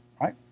right